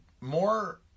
more